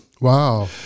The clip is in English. Wow